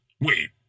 Wait